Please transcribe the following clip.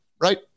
right